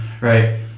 right